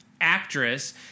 actress